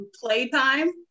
playtime